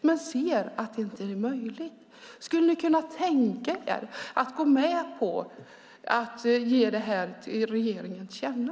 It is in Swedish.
Men det är inte möjligt. Kan ni tänka er att gå med på att ge regeringen frågan till känna?